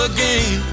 Again